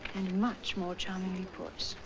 much more charmingly put.